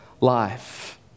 life